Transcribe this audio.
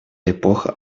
эпоха